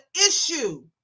issue